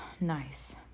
nice